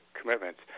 commitments